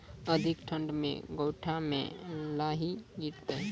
अधिक ठंड मे गोटा मे लाही गिरते?